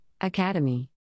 academy